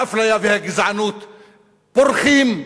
האפליה והגזענות פורחות,